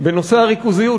בנושא הריכוזיות,